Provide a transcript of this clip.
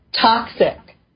toxic